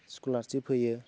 scholarship होयो